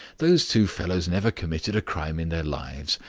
those two fellows never committed a crime in their lives.